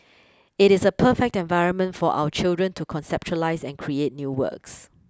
it is a perfect environment for our children to conceptualise and create new works